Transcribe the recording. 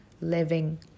living